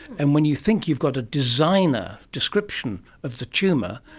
and when you think you've got a designer description of the tumour,